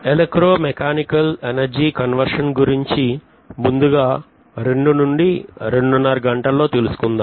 electro mechanical energy conversion గురించి ముందుగా 2 నుంచి రెండున్నర గంటల్లో తెలుసుకుందాం